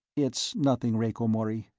it's nothing, rieko mori.